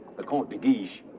the comte de guiche!